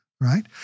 right